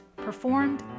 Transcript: performed